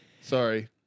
Sorry